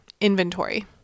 inventory